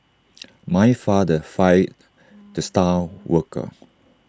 my father fired the star worker